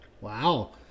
Wow